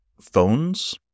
Phones